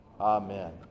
Amen